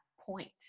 point